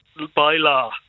bylaw